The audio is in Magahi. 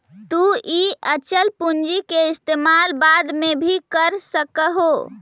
तु इ अचल पूंजी के इस्तेमाल बाद में भी कर सकऽ हे